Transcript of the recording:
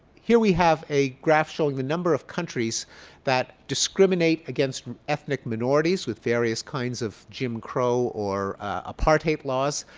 here we have a graph showing the number of countries that discriminate against ethnic minorities with various kinds of jim crow or apartheid laws.